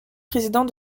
président